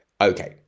Okay